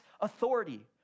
authority